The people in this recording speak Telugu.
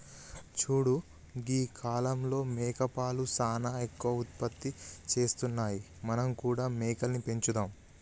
చూడు గీ కాలంలో మేకపాలు సానా ఎక్కువ ఉత్పత్తి చేస్తున్నాయి మనం కూడా మేకలని పెంచుదాం